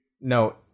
No